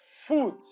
Food